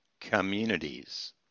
communities